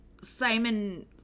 Simon